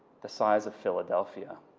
the size of philadelphia.